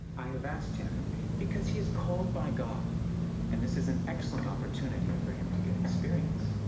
i have asked him because he is called by god and this is an excellent opportunity for him to get experience.